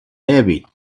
rabbit